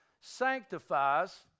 sanctifies